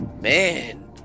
Man